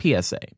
PSA